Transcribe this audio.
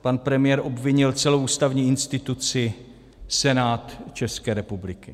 Pan premiér obvinil celou ústavní instituci, Senát České republiky.